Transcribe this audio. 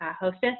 hostess